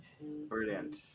Brilliant